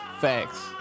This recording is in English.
Facts